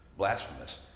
Blasphemous